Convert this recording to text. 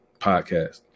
podcast